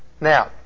Now